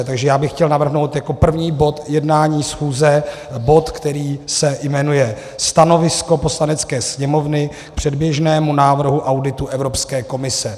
Takže já bych chtěl navrhnout jako první bod jednání schůze bod, který se jmenuje Stanovisko Poslanecké sněmovny k předběžnému návrhu auditu Evropské komise.